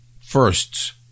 firsts